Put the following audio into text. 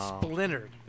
splintered